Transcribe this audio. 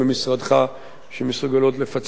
שמסוגלות לפצח את הפורמט הזה,